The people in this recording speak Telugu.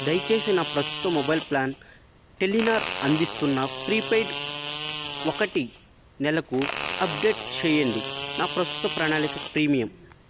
దయచేసి నా ప్రస్తుత మొబైల్ ప్లాన్ టెలినార్ అందిస్తున్న ప్రీపెయిడ్ ఒకటి నెలకు అప్డేట్ చెయ్యండి నా ప్రస్తుత ప్రణాళిక ప్రీమియం